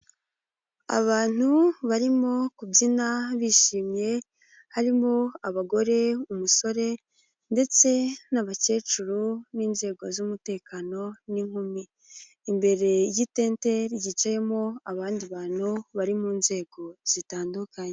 Abantu barimo kubyina bishimye harimo abagore umusore ndetse n'abakecuru n'inzego z'umutekano n'inkumi, imbere y'itente igicayemo abandi bantu bari mu nzego zitandukanye.